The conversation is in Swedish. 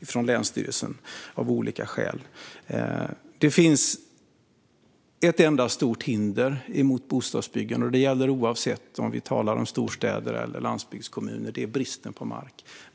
det stoppat av länsstyrelsen av olika skäl. Det finns ett enda stort hinder mot bostadsbyggande, som gäller oavsett om vi talar om storstäder eller om landsbygdskommuner, och det är bristen på mark.